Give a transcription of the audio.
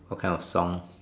what kind of songs